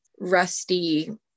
rusty